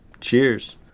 Cheers